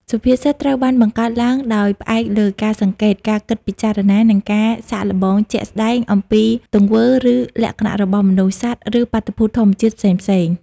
សុភាសិត ត្រូវបានបង្កើតឡើងដោយផ្អែកលើការសង្កេត ការគិតពិចារណា និងការសាកល្បងជាក់ស្ដែងអំពីទង្វើ ឬលក្ខណៈរបស់មនុស្ស សត្វ ឬបាតុភូតធម្មជាតិផ្សេងៗ។